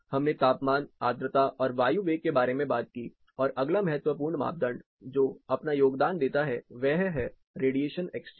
हमने तापमान आद्रता और वायु वेग के बारे में बात की और अगला महत्वपूर्ण मापदंड जो अपना योगदान देता है वह है रेडिएशन एक्सचेंज